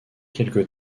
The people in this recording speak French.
quelque